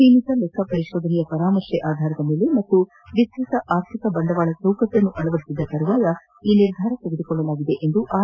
ಸೀಮಿತ ಲೆಕ್ಕಪರಿಶೋಧನೆಯ ಪರಾಮರ್ಶೆಯ ಆಧಾರದ ಮೇಲೆ ಮತ್ತು ವಿಸ್ತೃತ ಆರ್ಥಿಕ ಬಂಡವಾಳ ಚೌಕಟ್ಟನ್ನು ಅಳವಡಿಸಿದ ತರುವಾಯ ಕು ನಿರ್ಧಾರ ಕೈಗೊಳ್ಳಲಾಗಿದೆ ಎಂದು ಆರ್